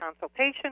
consultation